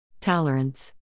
tolerance